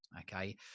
Okay